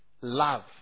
love